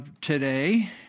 today